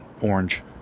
orange